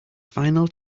final